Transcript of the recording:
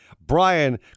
Brian